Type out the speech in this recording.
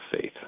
faith